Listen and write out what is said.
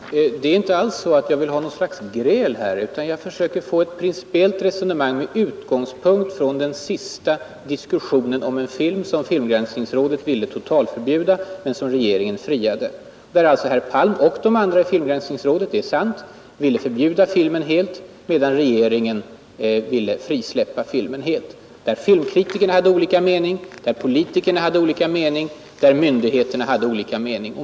Herr talman! Det är inte alls så att jag vill ha något slags ”gräl” här. Jag försöker få ett principiellt resonemang till stånd med utgångspunkt i den senaste diskussionen om en film som filmgranskningsrådet ville totalförbjuda men som regeringen friade. Herr Palm och även de andra medlemmarna av filmgranskningsrådet ville alltså förbjuda filmen helt, medan regeringen frisläppte filmen i dess helhet. Filmkritikerna hade olika mening, politikerna hade olika mening och myndigheterna hade olika mening.